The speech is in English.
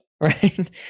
right